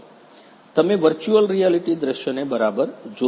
તમે virtual reality દૃશ્યને બરાબર જોશો